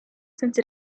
since